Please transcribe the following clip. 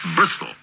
Bristol